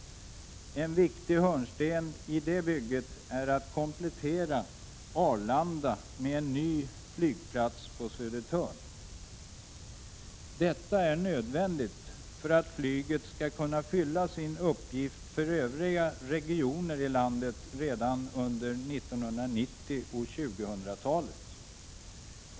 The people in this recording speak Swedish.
En viktig hörnsten i det bygget är att komplettera Arlanda med en ny flygplats på Södertörn. Detta är nödvändigt för att flyget skall kunna fylla sin uppgift för övriga regioner i landet redan under 1990 och 2000-talet.